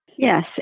Yes